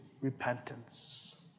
repentance